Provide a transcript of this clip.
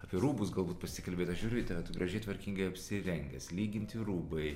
apie rūbus galbūt pasikalbėt aš žiūriu į tave tu gražiai tvarkingai apsirengęs lyginti rūbai